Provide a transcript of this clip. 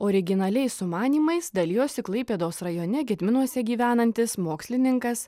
originaliais sumanymais dalijosi klaipėdos rajone gedminuose gyvenantis mokslininkas